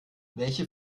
welche